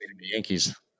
Yankees